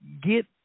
get